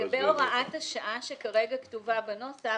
לגבי הוראת השעה שכרגע כתובה בנוסח